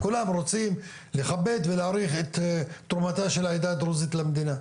יום מיוחד שכולם רוצים לכבד ולהעריך את תורמתה של העדה הדרוזית למדינה.